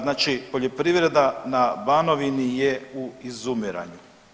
Znači poljoprivreda na Banovini je u izumiranju.